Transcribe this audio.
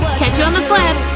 catch you on the flip!